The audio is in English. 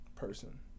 person